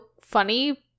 funny